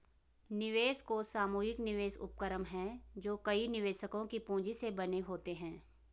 निवेश कोष सामूहिक निवेश उपक्रम हैं जो कई निवेशकों की पूंजी से बने होते हैं